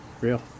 real